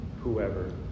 Whoever